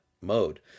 mode